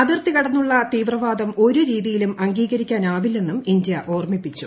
അതിർത്തി കടന്നുള്ള തീവ്രവാദം ഒരു രീതിയിലും അംഗീകരിക്കാനാവില്ലെന്നും ഇന്ത്യ ഓർമിപ്പിച്ചു